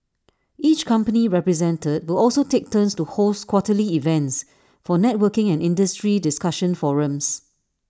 each company represented will also take turns to host quarterly events for networking and industry discussion forums